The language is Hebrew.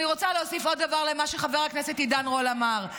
אני רוצה להוסיף עוד דבר למה שחבר הכנסת עידן רול אמר.